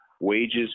wages